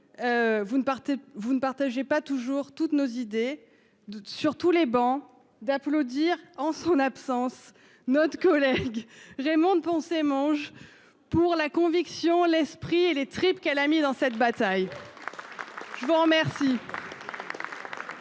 vous ne partagez pas toujours toutes nos idées doute sur tous les bancs d'applaudir en son absence, notre collègue Raymonde Poncet Monge. Pour la conviction l'esprit et les tripes qu'elle a mis dans cette bataille. Je vous remercie.